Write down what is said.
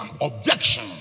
objection